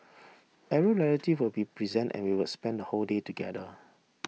every relative would be present and we would spend the whole day together